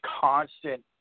constant –